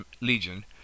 Legion